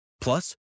Plus